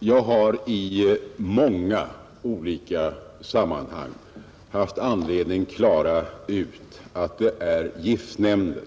Herr talman! Jag har i många sammanhang haft anledning förklara att giftnämnden